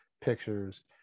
pictures